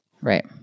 Right